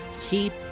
keep